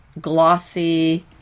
glossy